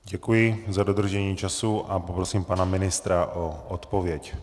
Děkuji za dodržení času a poprosím pana ministra o odpověď.